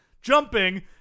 jumping